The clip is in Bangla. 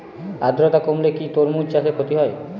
আদ্রর্তা কমলে কি তরমুজ চাষে ক্ষতি হয়?